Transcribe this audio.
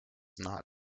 not